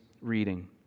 reading